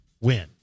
win